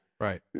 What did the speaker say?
Right